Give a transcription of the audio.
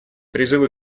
призывы